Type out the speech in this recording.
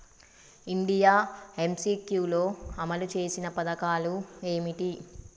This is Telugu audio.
ఇండియా ఎమ్.సి.క్యూ లో అమలు చేసిన పథకాలు ఏమిటి?